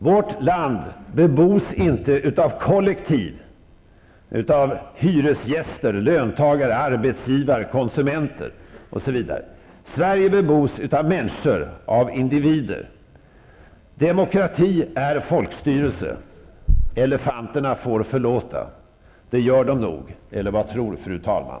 Vårt land bebos inte av kollektiv, av hyresgäster, löntagare, arbetsgivare, konsumenter osv. Sverige bebos av människor, av individer. Demokrati är folkstyre, elefanterna får förlåta. Det gör de nog. Eller vad tror fru talman?